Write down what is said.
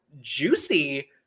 juicy